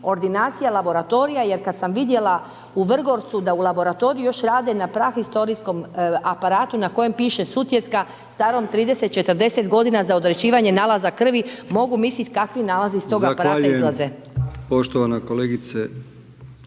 ordinacija, laboratorija. Jer kad sam vidjela u Vrgorcu da u laboratoriju još rade na prahistorijskom aparatu na kojem piše Sutjeska, starom 30 40 godina, za odrađivanje nalaza krvi, mogu mislit kakvi nalazi iz tog aparata izlaze.